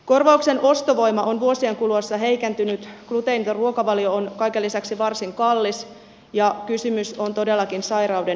korvauksen ostovoima on vuosien kuluessa heikentynyt gluteeniton ruokavalio on kaiken lisäksi varsin kallis ja kysymys on todellakin sairauden hoidosta